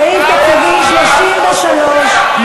סעיף 33,